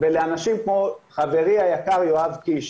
ולאנשים פה, חברי היקר יואב קיש